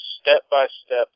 step-by-step